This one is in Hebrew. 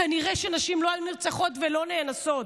כנראה נשים לא היו נרצחות ולא נאנסות,